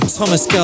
Thomas